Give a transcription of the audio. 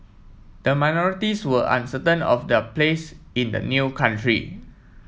the minorities were uncertain of their place in the new country